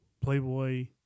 playboy